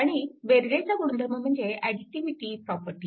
आणि बेरजेचा गुणधर्म म्हणजेच एडिटीविटी प्रॉपर्टी